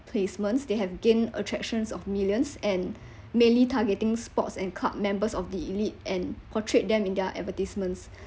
placements they have gained attractions of millions and mainly targeting sports and club members of the elite and portrayed them in their advertisements